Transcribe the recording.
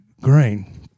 green